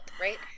right